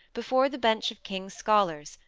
before the bench of king's scholars,